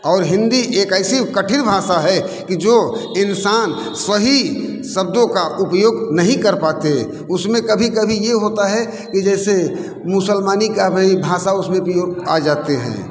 और हिंदी एक ऐसी कठिन भाषा है कि जो इंसान सही शब्दों का उपयोग नहीं कर पाते उसमें कभी कभी ये होता है कि जैसे मुसलमानी का भी भाषा उसमें प्रयोग आ जाते हैं